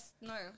no